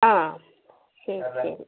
ആ ശരി ശരി